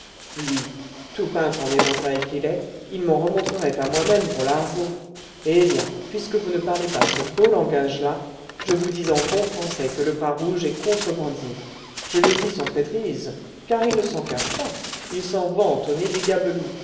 lui tout peintre en éventails qu'il est il m'en remontrerait à moi-même pour l'argot eh bien puisque vous ne parlez pas ce beau langage là je vous dis en bon français que le bras rouge est contrebandier je le dis sans traîtrise car il ne s'en cache pas il s'en vante au nez des gabelous